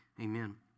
Amen